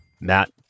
Matt